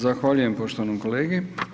Zahvaljujem poštovanom kolegi.